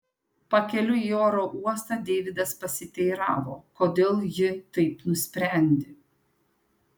pakeliui į oro uostą deividas pasiteiravo kodėl ji taip nusprendė